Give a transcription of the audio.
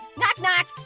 knock knock.